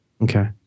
Okay